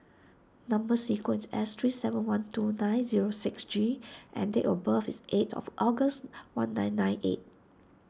Number Sequence is S three seven one two nine zero six G and date of birth is eight of August one nine nine eight